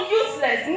useless